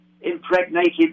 impregnated